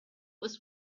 was